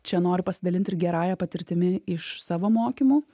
čia noriu pasidalint ir gerąja patirtimi iš savo mokymų